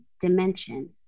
Dimension